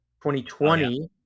2020